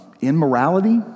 immorality